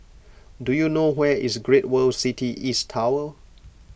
do you know where is Great World City East Tower